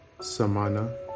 samana